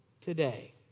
today